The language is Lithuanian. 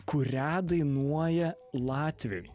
kurią dainuoja latviai